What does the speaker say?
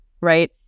Right